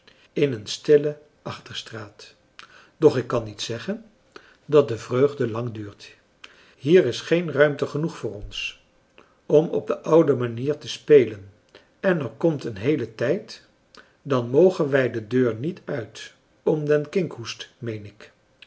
in een stille achterstraat doch ik kan niet zeggen dat de vreugde lang duurt hier is geen ruimte genoeg voor ons om op de oude manier te spelen en er komt een heele tijd dan mogen wij de deur niet uit om den kinkhoest meen ik